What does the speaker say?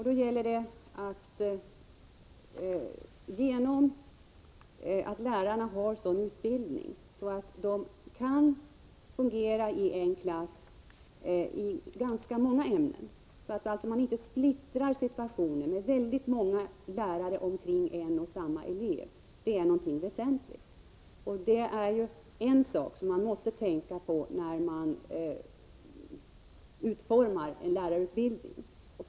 Då är det väsentligt att lärarna har en sådan utbildning att de kan fungera i ganska många ämnen i en klass — så att man inte splittrar situationen med väldigt många lärare omkring en och samma elev. Det är en sak som man måste tänka på när man utformar en lärarutbildning.